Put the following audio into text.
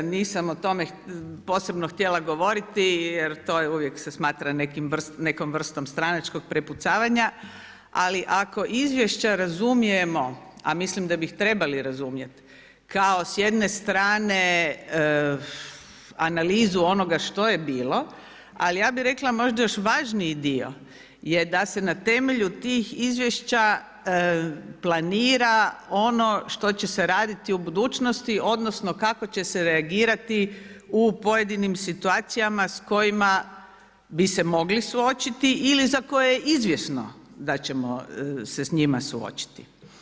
Nisam o tome posebno htjela govoriti jer to se uvijek smatra nekom vrstom stranačkog prepucavanja, ali ako izvješća razumijemo, a mislim da bi ih trebali razumjeti kao s jedne strane analizu onoga što je bilo, ali ja bih rekla možda još važniji dio je da se na temelju tih izvješća planira ono što će se raditi u budućnosti odnosno kako će se reagirati u pojedinim situacijama s kojima bi se mogli suočiti ili za koje je izvjesno da ćemo se s njima suočiti.